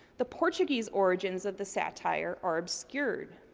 the portuguese origins of the satire are obscured.